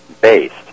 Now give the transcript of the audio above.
based